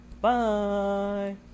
Bye